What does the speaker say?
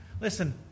Listen